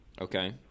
Okay